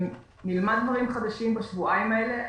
אם נלמד דברים חדשים בשבועיים האלה,